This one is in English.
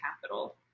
capital